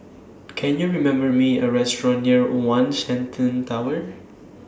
Can YOU remember Me A Restaurant near one Shenton Tower